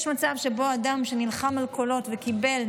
יש מצב שבו אדם שנלחם על קולות וקיבל,